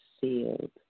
sealed